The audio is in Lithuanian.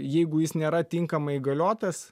jeigu jis nėra tinkamai įgaliotas